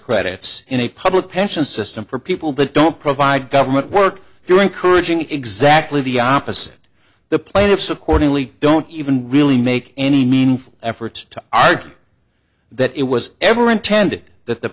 credits in a public pension system for people that don't provide government work you're encouraging exactly the opposite the plaintiffs accordingly don't even really make any meaningful efforts to argue that it was ever intended that the